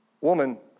woman